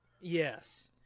Yes